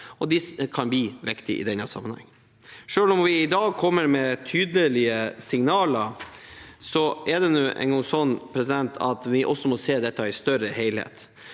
Disse kan bli viktige i denne sammenheng. Selv om vi i dag kommer med tydelige signaler, er det nå engang sånn at vi også må se dette i en større helhet.